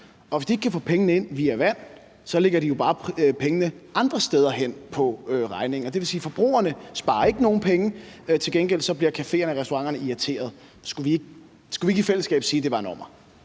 Og hvis ikke de kan få pengene ind via vand, lægger de jo bare pengene andre steder hen på regningen, og det vil sige, at forbrugerne ikke sparer nogen penge, men til gengæld bliver dem på caféerne og restauranterne irriterede. Skulle vi ikke i fællesskab sige, at det var en ommer?